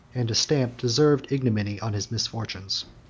and to stamp deserved ignominy on his misfortunes.